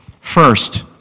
First